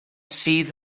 sydd